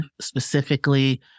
specifically